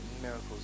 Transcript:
miracles